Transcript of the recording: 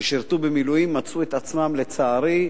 ששירתו במילואים מצאו את עצמם מעת לעת, לצערי,